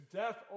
death